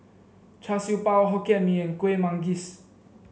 Char Siew Bao Hokkien Mee and Kueh Manggis